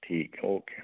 ठीक है ओके